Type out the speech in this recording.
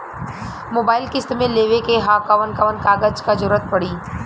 Mobile किस्त मे लेवे के ह कवन कवन कागज क जरुरत पड़ी?